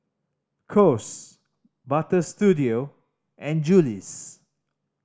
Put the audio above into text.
Kose Butter Studio and Julie's